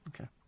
Okay